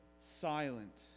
silent